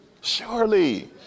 surely